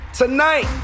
Tonight